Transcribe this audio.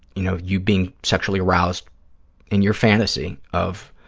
you know, you being sexually aroused in your fantasy of